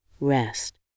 rest